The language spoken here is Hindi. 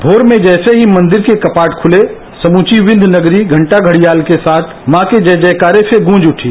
भोर में जैसे ही मंदिर के कपाट खुले समूची विंध्य नगरी घंटा घड़ियाल के साथ मां के जय जयकारे से गुँज उठी